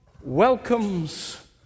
welcomes